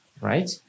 right